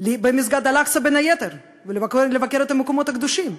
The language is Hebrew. במסגד אל-אקצא, בין היתר, ולבקר במקומות הקדושים?